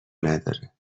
نداره